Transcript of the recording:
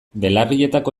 belarrietako